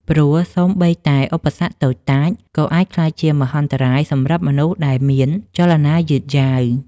ព្រោះសូម្បីតែឧបសគ្គតូចតាច ក៏អាចក្លាយជាមហន្តរាយសម្រាប់មនុស្សដែលមានចលនាយឺតយ៉ាវ។